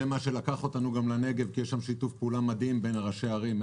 זה גם מה שלקח אותנו לנגב כי יש שם שיתוף פעולה מדהים בין ראשי ערים,